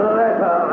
letter